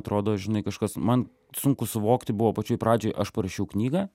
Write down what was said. atrodo žinai kažkas man sunku suvokti buvo pačioj pradžioj aš parašiau knygą